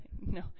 No